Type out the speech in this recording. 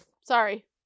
sorry